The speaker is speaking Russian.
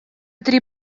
три